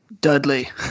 Dudley